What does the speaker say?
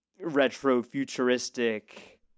retro-futuristic